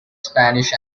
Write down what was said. spanish